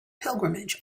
pilgrimage